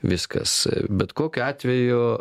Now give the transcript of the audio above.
viskas bet kokiu atveju